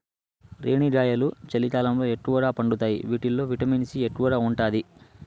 రేణిగాయాలు చలికాలంలో ఎక్కువగా పండుతాయి వీటిల్లో విటమిన్ సి ఎక్కువగా ఉంటాది